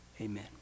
Amen